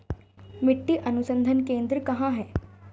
मिट्टी अनुसंधान केंद्र कहाँ है?